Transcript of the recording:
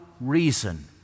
reason